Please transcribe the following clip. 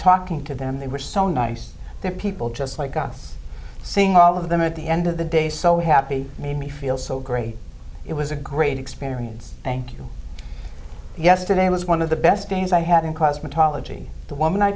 talking to them they were so nice there are people just like us seeing all of them at the end of the day so happy made me feel so great it was a great experience thank you yesterday was one of the best days i had in cosmetology the woman i